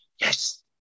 yes